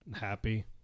happy